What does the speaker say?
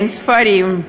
אין ספרים,